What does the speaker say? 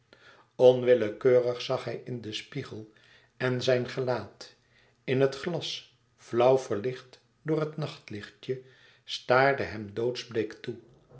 onwillekeurig zag hij in den spiegel en zijn gelaat in het glas flauw verlicht door het nachtlichtje staarde hem doodsbleek toe